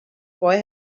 boy